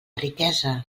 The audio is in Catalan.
riquesa